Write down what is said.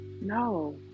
No